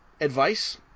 advice